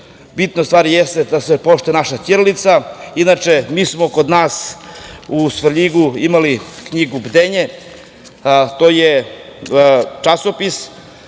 bitna stvar jeste da se poštuje naša ćirilica. Inače, mi smo kod nas u Svrljigu imali knjigu „Bdenje“, to je časopis,